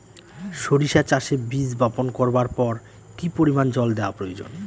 সরিষা চাষে বীজ বপন করবার পর কি পরিমাণ জল দেওয়া প্রয়োজন?